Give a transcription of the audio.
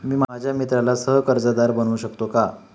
मी माझ्या मित्राला सह कर्जदार बनवू शकतो का?